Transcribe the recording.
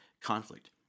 conflict